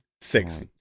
Six